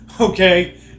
Okay